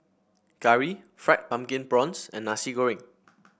curry Fried Pumpkin Prawns and Nasi Goreng